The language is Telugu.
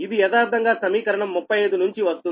ఇది యదార్థంగా సమీకరణం 35 నుంచి వస్తుంది